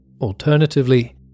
Alternatively